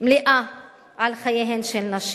מלאה לחייהן של נשים.